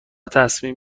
تصمیم